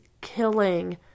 killing